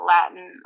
Latin